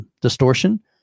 Distortion